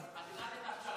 את יודעת את, יודעת.